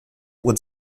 would